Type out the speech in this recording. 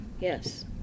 Yes